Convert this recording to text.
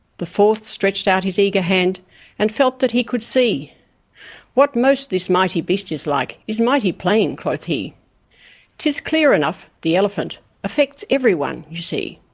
the fourth stretched out his eager hand and felt that he could see what most this mighty beast is like is mighty plain quoth he tis clear enough the elephant affects everyone you see.